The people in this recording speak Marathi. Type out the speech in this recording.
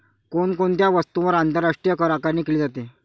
कोण कोणत्या वस्तूंवर आंतरराष्ट्रीय करआकारणी केली जाते?